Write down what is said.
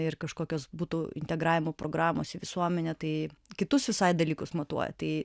ir kažkokios būtų integravimo programos į visuomenę tai kitus visai dalykus matuoja